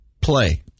play